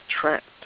trapped